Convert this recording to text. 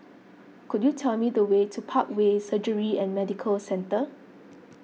could you tell me the way to Parkway Surgery and Medical Centre